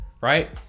right